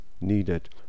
Needed